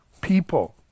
people